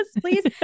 please